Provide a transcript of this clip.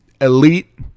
elite